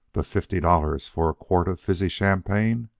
but fifty dollars for a quart of fizzy champagne!